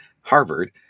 harvard